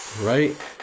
right